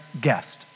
guest